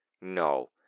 No